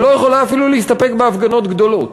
ולא יכולה אפילו להסתפק בהפגנות גדולות,